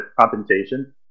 compensation